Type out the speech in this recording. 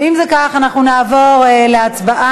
אם זה כך, אנחנו נעבור להצבעה